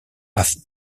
have